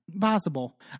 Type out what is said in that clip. Possible